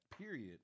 period